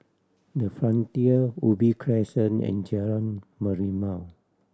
The Frontier Ubi Crescent and Jalan Merlimau